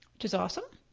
which is awesome.